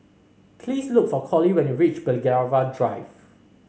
please look for Colie when you reach Belgravia Drive